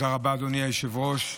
תודה רבה, אדוני היושב-ראש.